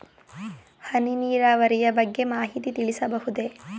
ಹನಿ ನೀರಾವರಿಯ ಬಗ್ಗೆ ಮಾಹಿತಿ ತಿಳಿಸಬಹುದೇ?